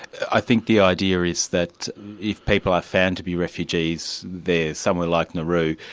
i think the idea is that if people are found to be refugees, there somewhere like nauru,